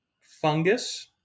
fungus